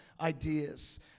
ideas